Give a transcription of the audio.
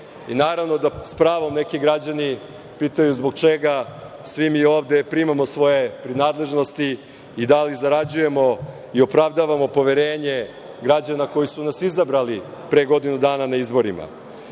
naravno da s pravom neki građani pitaju zbog čega svi mi ovde primamo svoje prinadležnosti i da li zarađujemo i opravdavamo poverenje građana koji su nas izabrali pre godinu dana na izborima? Zakon